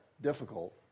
difficult